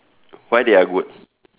why they are good